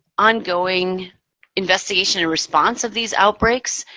ongoing investigation and response of these outbreaks,